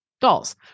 Dolls